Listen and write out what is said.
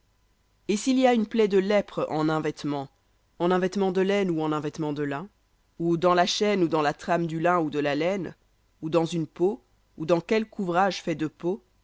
et s'il y a une plaie de lèpre en un vêtement en un vêtement de laine ou en un vêtement de lin ou dans la chaîne ou dans la trame du lin ou de la laine ou dans une peau ou dans quelque ouvrage de peau